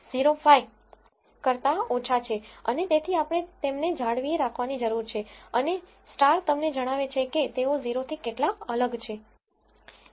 05 કરતા ઓછા છે અને તેથી આપણે તેમને જાળવી રાખવાની જરૂર છે અને સ્ટારતારા તમને જણાવે છે કે તેઓ 0 થી કેટલા અલગ છે